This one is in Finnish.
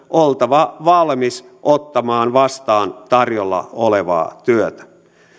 oltava valmis ottamaan vastaan tarjolla olevaa työtä